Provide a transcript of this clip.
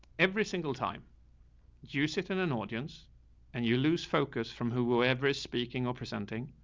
every single time you sit in an audience and you lose focus from whoever is speaking or presenting,